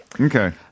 Okay